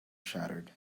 shattered